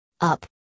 up